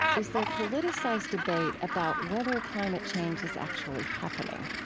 is there politicized debate about whether climate change is actually happening.